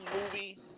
movie